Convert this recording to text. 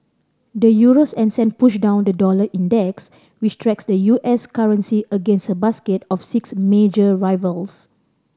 the euro's ascent pushed down the dollar index which tracks the U S currency against a basket of six major rivals